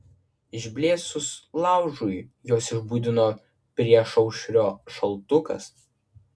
išblėsus laužui juos išbudino priešaušrio šaltukas